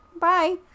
Bye